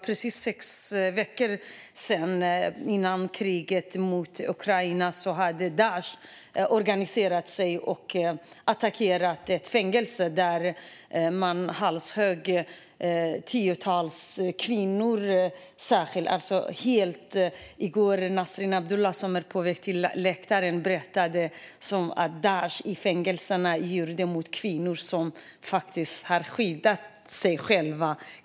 Precis sex veckor före kriget mot Ukraina hade Daish organiserat sig och attackerade ett fängelse, där man halshögg tiotals kvinnor. Nasrin Abdullah, som är på väg till läktaren här i kammaren, berättade i går om vad Daish gjorde i fängelserna mot kvinnor från Kobane, som skyddade sig själva.